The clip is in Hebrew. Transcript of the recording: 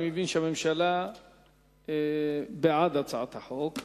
אני מבין שהממשלה בעד הצעת החוק הזאת.